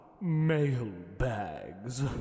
mailbags